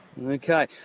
Okay